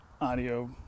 audio